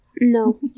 No